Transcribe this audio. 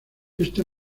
este